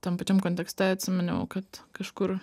tam pačiam kontekste atsiminiau kad kažkur